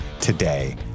today